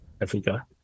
Africa